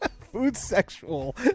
Food-sexual